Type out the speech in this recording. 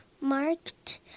marked